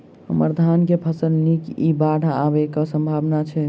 हम्मर धान केँ फसल नीक इ बाढ़ आबै कऽ की सम्भावना छै?